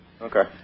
Okay